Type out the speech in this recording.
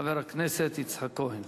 חבר הכנסת יצחק כהן.